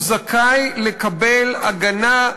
הוא זכאי לקבל הגנה,